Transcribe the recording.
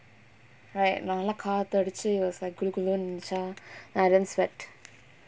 like நல்ல காத்து அடுச்சு:nalla kaathu aduchu it was like குழு குளுனு இருந்துச்சா:kulu kulunu irunthucha nah I didn't sweat